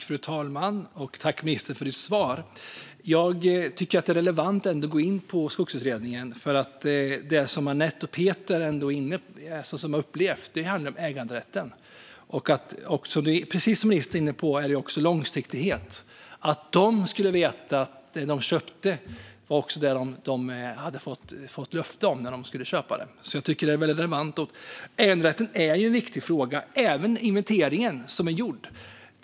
Fru talman! Tack, ministern, för ditt svar! Jag tycker att det är relevant att gå in på Skogsutredningen, för det som Annette och Peter har upplevt handlar om äganderätten. Precis som ministern är inne på handlar det också om långsiktighet. De skulle veta att det de köpte var det de hade fått löfte om när de skulle köpa det. Jag tycker alltså att detta är väldigt relevant. Äganderätten är en viktig fråga. Frågan om den inventering som är gjord är också viktig.